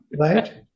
right